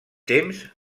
temps